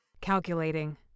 Calculating